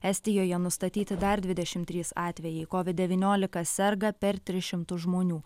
estijoje nustatyti dar dvidešimt trys atvejai covid devyniolika serga per tris šimtus žmonių